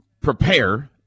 prepare